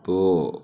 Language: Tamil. போ